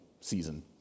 season